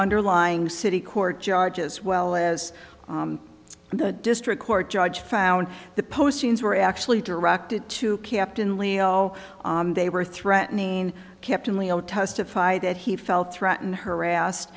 underlying city court judge as well as the district court judge found the postings were actually directed to captain leo they were threatening kept him leo testified that he felt threatened harassed